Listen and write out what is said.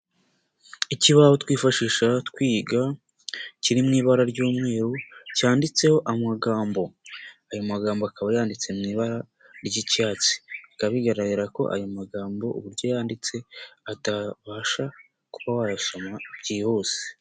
Ikibaho twifashisha twiga, kiri mu ibara ry'umweru, cyanditseho amagambo, ayo magambo akaba yanditse mu ibara ry'icyatsi, bikaba bigaragara ko ayo magambo uburyo yanditse, atabasha kuba wayasoma byihuse.